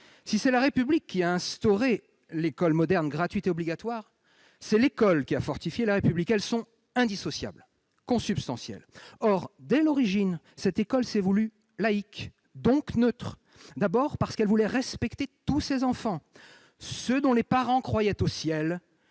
Si c'est la République qui a instauré l'école moderne gratuite et obligatoire, c'est l'école qui a fortifié la République. Toutes deux sont indissociables, consubstantielles. Or, dès l'origine, cette école s'est voulue laïque, donc neutre, d'abord parce qu'elle entendait respecter tous ses enfants- ceux dont les parents croyaient au ciel